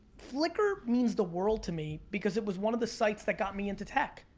flickr means the world to me, because it was one of the sites that got me into tech.